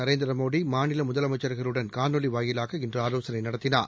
நரேந்திரமோடி மாநில முதலமைச்சா்களுடன் காணொலி வாயிலாக இன்று ஆலோசனை நடத்தினார்